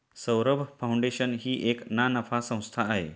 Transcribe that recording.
Saurabh foundation ही एक ना नफा संस्था आहे